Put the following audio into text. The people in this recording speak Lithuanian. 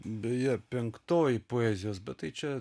beje penktoji poezijos bet tai čia